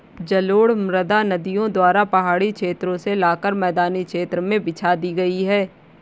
जलोढ़ मृदा नदियों द्वारा पहाड़ी क्षेत्रो से लाकर मैदानी क्षेत्र में बिछा दी गयी है